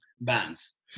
bands